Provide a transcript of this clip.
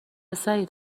سعید